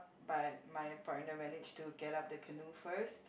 but my partner manage to get up the canoe first